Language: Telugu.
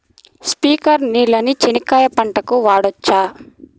స్ప్రింక్లర్లు నీళ్ళని చెనక్కాయ పంట కు వాడవచ్చా?